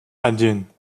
один